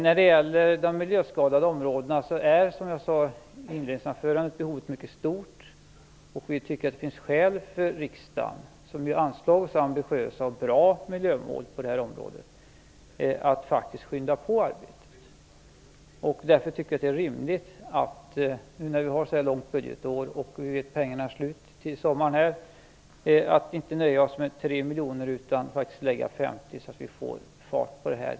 När det gäller de miljöskadade områdena är som jag sade i inledningsanförandet behovet mycket stort. Vi tycker att det finns skäl för riksdagen, som annars har så ambitiösa och bra miljömål på det här området, att skynda på arbetet. Därför tycker vi att det är rimligt, nu när vi har ett så långt budgetår och vi vet att pengarna är slut till sommaren, att inte nöja oss med 3 miljoner utan att lägga 50 så att vi får fart på det här.